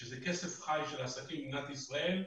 שזה כסף חי של עסקים במדינת ישראל,